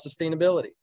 sustainability